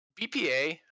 BPA